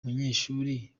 banyeshuri